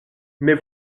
mais